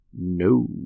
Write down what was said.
No